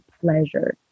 pleasure